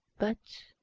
but